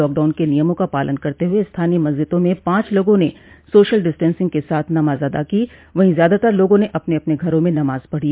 lockdown के नियमों का पालन करते हुए स्थानीय मस्जिदों म पांच लोगों ने सोशल डिस्टेंसिंग के साथ नमाज अदा की वहीं ज्यादातर लोगों ने अपन अपन घरों में नमाज पढ़ी